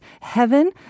Heaven